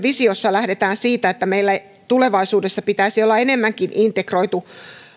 visiossa lähdetään siitä että meillä tulevaisuudessa pitäisi olla enemmänkin integroitu